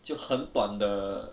就很短的